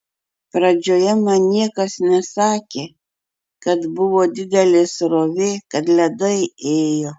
pradžioje man niekas nesakė kad buvo didelė srovė kad ledai ėjo